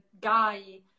guy